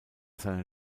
seiner